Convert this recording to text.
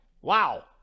wow